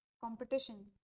Competition